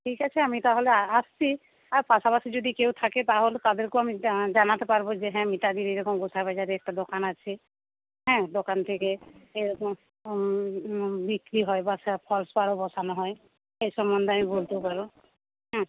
ঠিক আছে আমি তাহলে আসছি আর পাশপাশি যদি কেউ থাকে তাহলে তাদেরকেও আমি জানাতে পারব যে হ্যাঁ মিতাদির এরকম গোঁসাই বাজারে একটা দোকান আছে হ্যাঁ দোকান থেকে এরকম বিক্রি হয় বা ফলস পাড়ও বসানো হয় এই সম্বন্ধে আমি বলতেও পারব হ্যাঁ